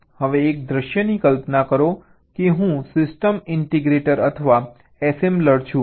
હવે એક દૃશ્યની કલ્પના કરો કે હું સિસ્ટમ ઇન્ટિગ્રેટર અથવા એસેમ્બલર છું